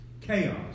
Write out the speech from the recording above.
Chaos